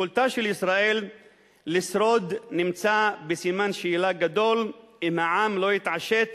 יכולתה של ישראל נמצאת בסימן שאלה גדול אם העם לא יתעשת